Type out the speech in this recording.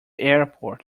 airport